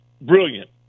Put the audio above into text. brilliant